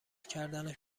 کردنش